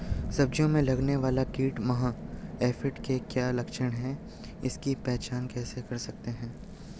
सब्जियों में लगने वाला कीट माह एफिड के क्या लक्षण हैं इसकी पहचान कैसे कर सकते हैं?